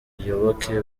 abayoboke